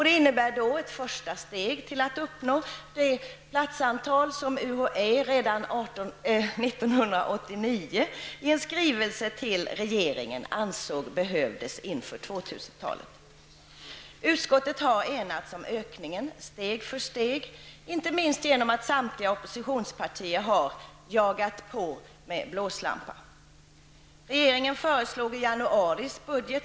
Det innebär ett första steg för att uppnå det antal platser som UHÄ redan 1989 i en skrivelse till regeringen ansåg behövdes inför 2000-talet. Utskottet har enats om ökningen steg för steg, inte minst genom att samtliga oppositionspartier har ''jagat på med blåslampa''.